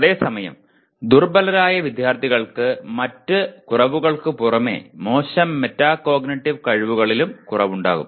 അതേസമയം ദുർബലരായ വിദ്യാർത്ഥികൾക്ക് മറ്റ് കുറവുകൾക്ക് പുറമെ മോശം മെറ്റാകോഗ്നിറ്റീവ് കഴിവുകളിലും കുറവുണ്ടാകും